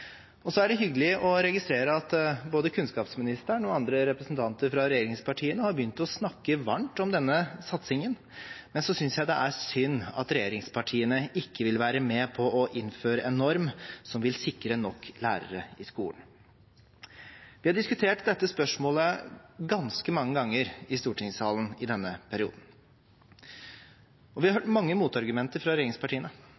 Så er det hyggelig å registrere at både kunnskapsministeren og andre representanter fra regjeringspartiene har begynt å snakke varmt om denne satsingen, men jeg synes det er synd at regjeringspartiene ikke vil være med på å innføre en norm som vil sikre nok lærere i skolen. Vi har diskutert dette spørsmålet ganske mange ganger i stortingssalen i denne perioden, og vi har